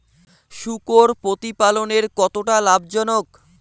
শূকর প্রতিপালনের কতটা লাভজনক?